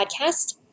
podcast